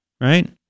Right